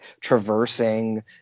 traversing